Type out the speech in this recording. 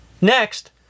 Next